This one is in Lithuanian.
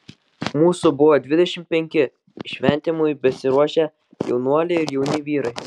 mūsų buvo dvidešimt penki įšventinimui besiruošią jaunuoliai ir jauni vyrai